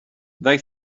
they